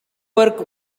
work